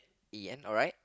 Ian alright